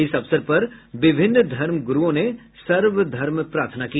इस अवसर पर विभिन्न धर्मग्रुओं ने सर्वधर्म प्रार्थना की